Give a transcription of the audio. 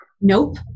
Nope